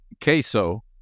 Queso